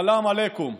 סלאם עליכום.